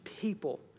people